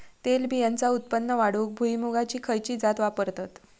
तेलबियांचा उत्पन्न वाढवूक भुईमूगाची खयची जात वापरतत?